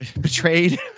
betrayed